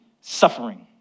suffering